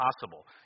possible